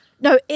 No